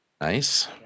Nice